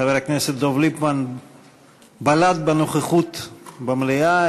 חבר הכנסת דב ליפמן בלט בנוכחות במליאה,